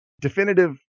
definitive